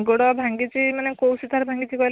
ଗୋଡ଼ ଭାଙ୍ଗିଛି ମାନେ କେଉଁ ଭାଙ୍ଗିଛି କହିଲ